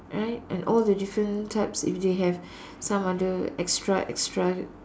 right and all the different types if they have some other extra extra